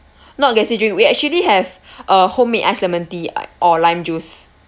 not gassy drink we actually have a homemade ice lemon tea or lime juice